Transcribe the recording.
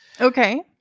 Okay